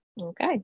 Okay